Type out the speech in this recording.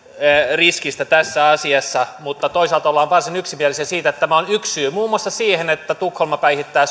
riskistä tässä asiassa mutta toisaalta ollaan varsin yksimielisiä siitä että tämä on yksi syy muun muassa siihen että tukholma päihittää